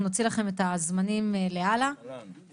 אנחנו נוציא לכם את הזמנים הלאה ואני